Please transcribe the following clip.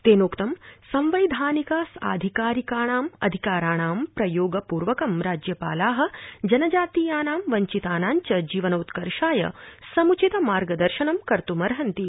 तेनोक्तं सांवैधानिक अधिकारिकाणां प्रयोग पूर्वकं राज्यपाला जनजातीयानां वञ्चितानां च जीवनोत्कर्षाय समुचित मार्गदर्शनं कर्तुमर्हन्ति